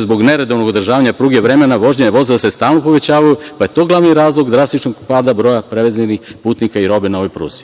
zbog neredovnog održavanja pruge, vremena vožnje vozova se stalno povećavaju, pa je to glavni razlog drastičnog pada broja prevezenih putnika i robe na ovoj pruzi.